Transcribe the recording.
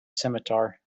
scimitar